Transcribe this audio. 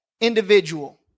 individual